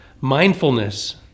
Mindfulness